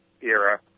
era